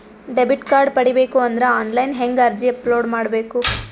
Debit card ಪಡಿಬೇಕು ಅಂದ್ರ online ಹೆಂಗ್ ಅರ್ಜಿ ಅಪಲೊಡ ಮಾಡಬೇಕು?